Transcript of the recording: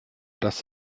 dass